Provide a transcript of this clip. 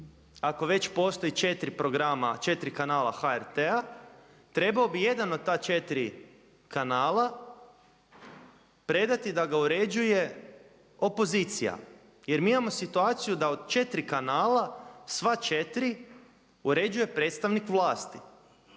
ako već postoji četiri kanala HRT-a, trebao bi jedan od ta četiri kanala predati da ga uređuje opozicija. Jer mi imamo situaciju da od četiri kanala sva četiri uređuje predstavnik vlasti.